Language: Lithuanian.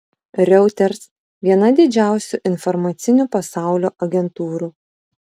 reuters viena didžiausių informacinių pasaulio agentūrų